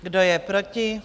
Kdo je proti?